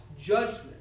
judgment